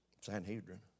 Sanhedrin